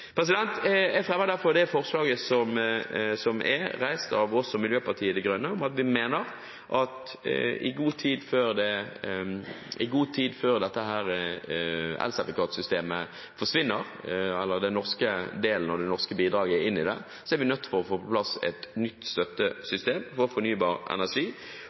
Jeg fremmer derfor det forslaget som er reist av oss og Miljøpartiet De Grønne. Vi mener at i god tid før dette elsertifikatsystemet forsvinner, eller den norske delen og bidraget inn i det, er vi nødt til å få på plass et nytt støttesystem til fornybar energi, for å sørge for at vi både bidrar til teknologiutvikling og bidrar til kommersialisering og produksjon av ny fornybar energi.